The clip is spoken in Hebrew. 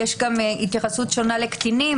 יש התייחסות שונה לקטינים,